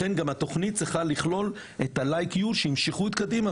התוכנית צריכה לכלול גם את הלייק יו פקולטי כדי שימשכו עוד קדימה,